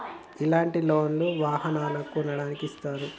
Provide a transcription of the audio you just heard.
ఇలాంటి లోన్ లు వాహనాలను కొనడానికి ఇస్తారు